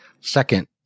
second